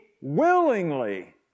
willingly